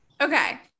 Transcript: Okay